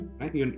right